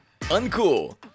Uncool